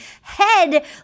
head